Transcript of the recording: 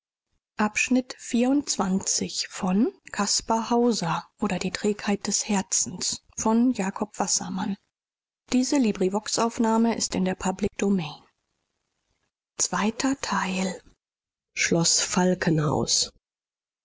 oder die trägheit